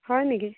হয় নেকি